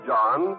John